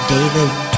David